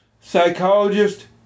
Psychologist